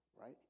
right